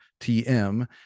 tm